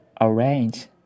arrange